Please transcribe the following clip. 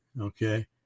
Okay